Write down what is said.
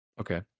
Okay